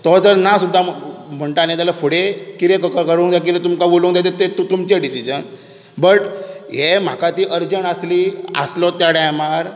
तो जर ना सुद्दां म म्हणटा न्ही जाल्या फुडें कितें करूंक जाय कितें तुमकां उलोवंक जाय ते ते तु तुमचे डिसिजन बट हे म्हाका ती अर्जंट आसली आसलो त्या टायमार